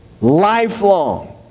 lifelong